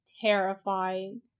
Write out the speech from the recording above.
Terrifying